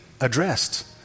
addressed